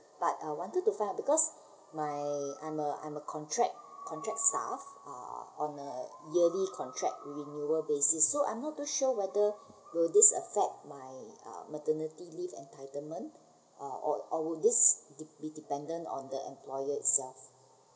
but I wanted to find uh because my I'm a I'm a contract contract staff uh on a yearly contract renewal basis so I'm not too sure whether will this affect my uh maternity leave entitlement uh or or would this be dependent on the employer itself so